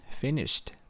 finished